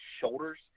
shoulders